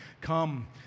Come